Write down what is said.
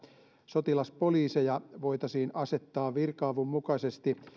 sotilaspoliiseja voitaisiin asettaa virka avun mukaisesti